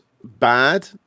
bad